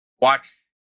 watch